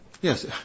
Yes